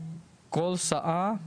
כל שעה,